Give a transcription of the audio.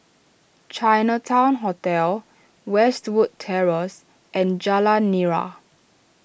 Chinatown Hotel Westwood Terrace and Jalan Nira